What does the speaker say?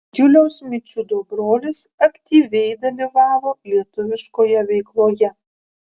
juliaus mičiūdo brolis aktyviai dalyvavo lietuviškoje veikloje